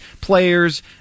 players